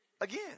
again